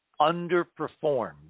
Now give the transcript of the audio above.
underperformed